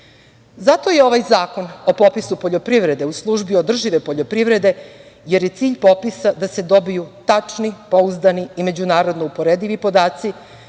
je ovaj Zakon o popisu poljoprivrede u službi održive poljoprivrede jer je cilj popisa da se dobiju tačni, pouzdani i međunarodno uporedivi podaci,